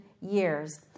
years